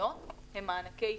חיצוניות הם מענקי הסתגלות.